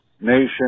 Nation